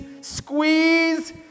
squeeze